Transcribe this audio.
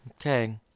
Okay